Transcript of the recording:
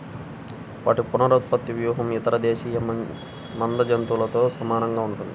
వాటి పునరుత్పత్తి వ్యూహం ఇతర దేశీయ మంద జంతువులతో సమానంగా ఉంటుంది